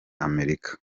amerika